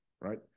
right